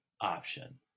option